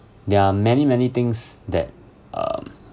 there are many many things that um